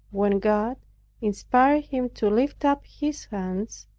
when god inspired him to lift up his hands,